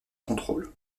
contrôle